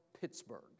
Pittsburgh